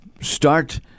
start